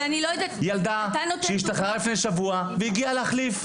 ילדה שהשתחררה לפני שבוע והיא הגיעה להחליף.